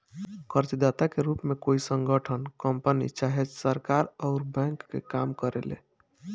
कर्जदाता के रूप में कोई संगठन, कंपनी चाहे सरकार अउर बैंक के काम करेले